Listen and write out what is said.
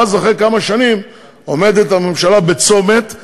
ואז אחרי כמה שנים עומדת הממשלה בצומת,